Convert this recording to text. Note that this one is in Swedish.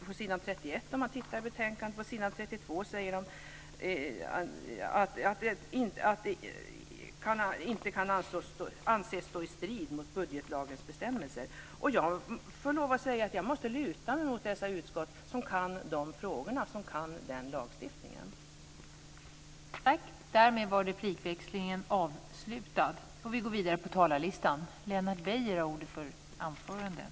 På s. 32 säger de att det inte kan anses stå i strid mot budgetlagens bestämmelser. Jag får lov att säga att jag måste luta mig mot dessa utskott som kan de här frågorna och den här lagstiftningen.